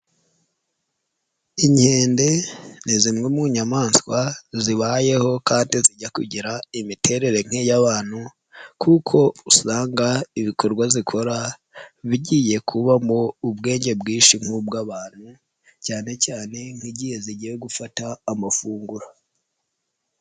Inkende ni zimwe mu nyamaswa zibayeho kandi zijya kugira imiterere nk'iy'abantu kuko usanga ibikorwa zikora bigiye kubamo ubwenge bwinshi nk'ubw'abantu cyane cyane nk'igihe zigiye gufata amafunguro.